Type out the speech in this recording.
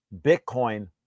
Bitcoin